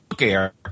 air